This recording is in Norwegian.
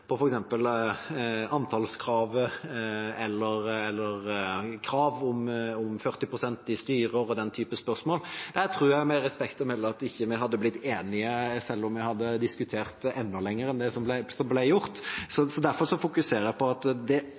om 40 pst. i styrer og den typen spørsmål, men jeg tror med respekt å melde at vi ikke hadde blitt enige selv om vi hadde diskutert det enda lenger enn det som ble gjort. Derfor fokuserer jeg på at det